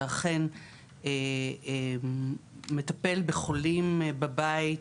ואכן מטפל בחולים בבית.